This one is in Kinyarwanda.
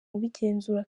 ubigenzura